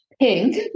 pink